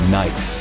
night